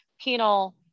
penal